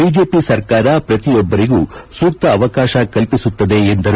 BJP ಸರಕಾರ ಪ್ರತಿಯೊಬ್ಲರಿಗೂ ಸೂಕ್ಷ ಅವಕಾಶ ಕಲ್ಲಿಸುತ್ತದೆ ಎಂದರು